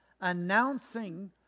announcing